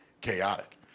chaotic